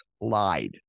lied